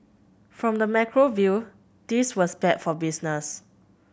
from the macro view this was bad for business